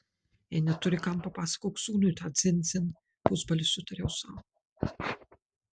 jei neturi kam papasakok sūnui tą dzin dzin pusbalsiu tariau sau